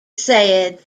said